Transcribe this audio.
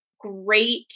great